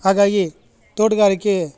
ಹಾಗಾಗಿ ತೋಟಗಾರಿಕೆ